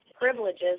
privileges